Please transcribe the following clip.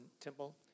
temple